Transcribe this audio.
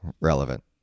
Relevant